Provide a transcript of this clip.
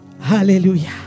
Hallelujah